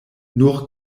nur